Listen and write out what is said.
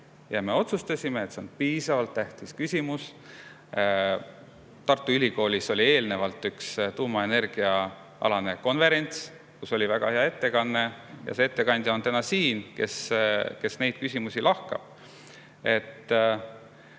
Ja me otsustasime, et see on piisavalt tähtis küsimus. Tartu Ülikoolis oli üks tuumaenergia konverents, kus oli väga hea ettekanne, ja see ettekandja on täna siin, et lahata neid küsimusi.